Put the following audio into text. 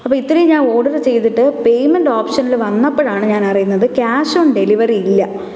അപ്പോള് ഇത്രയും ഞാന് ഓഡര് ചെയ്തിട്ട് പേയ്മെന്റ് ഓപ്ഷനിൽ വന്നപ്പോഴാണ് ഞാൻ അറിയുന്നത് ക്യാഷ് ഓൺ ഡെലിവറി ഇല്ല